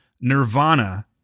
Nirvana